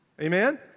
Amen